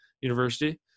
university